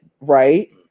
Right